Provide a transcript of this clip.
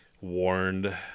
warned